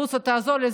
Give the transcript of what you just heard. בוסו, תעזור לי.